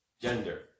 gender